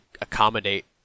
accommodate